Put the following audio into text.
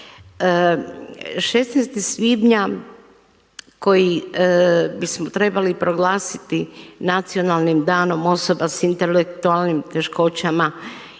16. svibnja koji bismo trebali proglasiti nacionalnim danom osoba s intelektualnim teškoćama